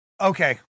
okay